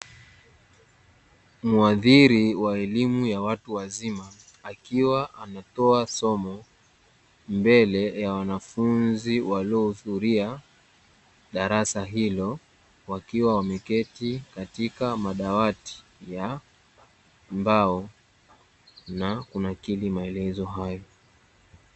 Mhadhiri wa elimu ya watu wazima akiwa anatoa somo mbele ya wanafunzi waliohudhuria darasa hilo, wakiwa wameketi katika madawati ya mbao na kunakili maelezo hayo.